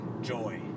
joy